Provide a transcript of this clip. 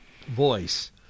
voice